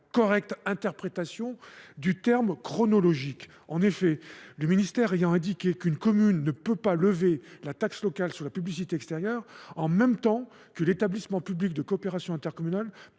correcte interprétation du terme « chronologique ». En effet, le ministre indique qu’une « commune ne peut pas lever la taxe locale sur la publicité extérieure en même temps que l’établissement public de coopération intercommunale